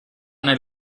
nel